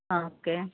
ആ ഓക്കെ